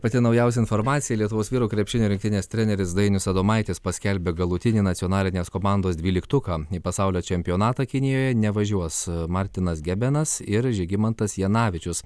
pati naujausia informacija lietuvos vyrų krepšinio rinktinės treneris dainius adomaitis paskelbė galutinį nacionalinės komandos dvyliktuką pasaulio čempionatą kinijoje nevažiuos martinas gebenas ir žygimantas janavičius